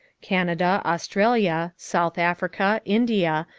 canada, australia, south africa, india,